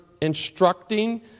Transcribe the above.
instructing